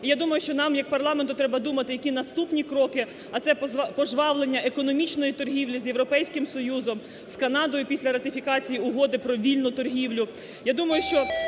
І я думаю, що нам як парламенту треба думати, які наступні кроки, а це пожвавлення економічної торгівлі з Європейським Союзом, з Канадою після ратифікації Угоди про вільну торгівлю.